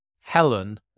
Helen